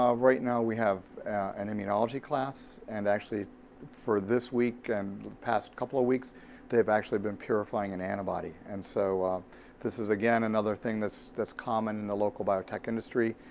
um right now we have an immunology class and actually for this week and the past couple of weeks they've actually been purifying an antibody. and so this is again another thing that's, that's common in the local biotech industry.